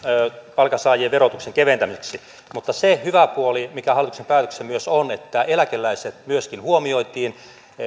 palkansaajien verotuksen keventämiseksi mutta se hyvä puoli mikä hallituksen päätöksessä on että myöskin eläkeläiset huomioitiin